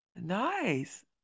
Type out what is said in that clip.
Nice